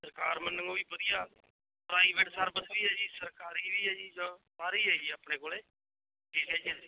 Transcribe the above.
ਸਰਕਾਰ ਵੱਲੋਂ ਵੀ ਵਧੀਆ ਪ੍ਰਾਈਵੇਟ ਸਰਵਿਸ ਵੀ ਹੈ ਜੀ ਸਰਕਾਰੀ ਵੀ ਹੈ ਜੀ ਜੋ ਸਾਰੀ ਹੈ ਜੀ ਆਪਣੇ ਕੋਲ